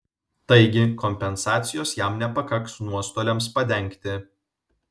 taigi kompensacijos jam nepakaks nuostoliams padengti